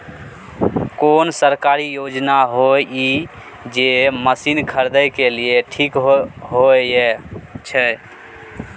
कोन सरकारी योजना होय इ जे मसीन खरीदे के लिए ठीक होय छै?